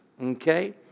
Okay